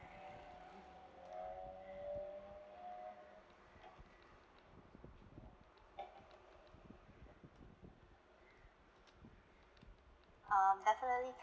um definitely